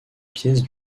pièce